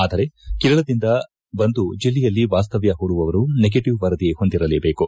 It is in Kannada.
ಆದರೆ ಕೇರಳದಿಂದ ಬಂದು ಜಿಲ್ಲೆಯಲ್ಲಿ ವಾಸ್ತವ್ದ ಹೂಡುವರು ನೆಗೆಟವ್ ವರದಿ ಹೊಂದಿರಬೇಕು